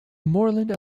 moreland